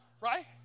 right